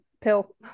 pill